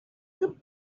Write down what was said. good